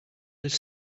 elles